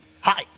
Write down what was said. Hi